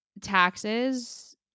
taxes